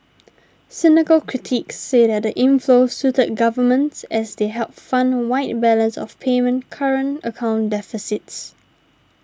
cynical critics say that the inflows suited governments as they helped fund wide balance of payment current account deficits